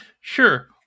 Sure